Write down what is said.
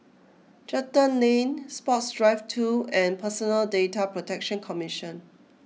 Charlton Lane Sports Drive two and Personal Data Protection Commission